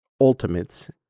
Ultimates